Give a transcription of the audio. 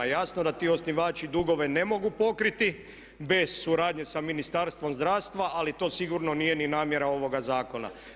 Jasno da ti osnivači dugove ne mogu pokriti bez suradnje sa Ministarstvom zdravstva ali to sigurno nije ni namjera ovoga zakona.